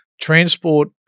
Transport